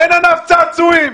אין ענף צעצועים,